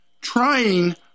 trying